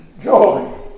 Joy